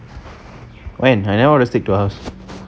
when I never order steak to her house